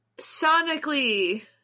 Sonically